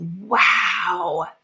Wow